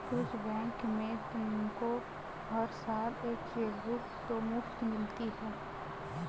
कुछ बैंक में तुमको हर साल एक चेकबुक तो मुफ़्त मिलती है